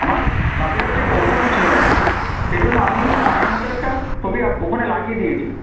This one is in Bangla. আমার কম্পিউটার থেকে ওপেন হচ্ছিল না সেই জন্য আমি আমার মতো একটা ছবি ওখানে লাগিয়ে দিয়েছি